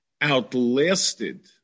outlasted